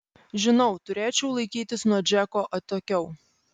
žinau turėčiau laikytis nuo džeko atokiau